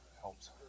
helps